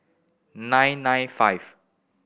nine nine five